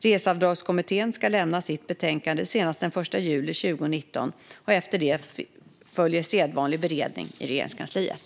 Reseavdragskommittén ska lämna sitt betänkande senast den 1 juli 2019, och efter det följer sedvanlig beredning i Regeringskansliet.